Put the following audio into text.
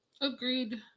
Agreed